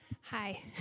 hi